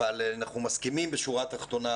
אבל אנחנו מסכימים בשורה התחתונה,